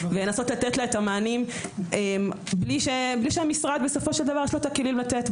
ולנסות לתת לה את המענים בלי שהמשרד בסופו של דבר יש לו את הכלים לתת.